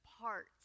parts